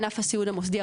ענף הסיעוד המוסדי,